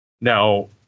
Now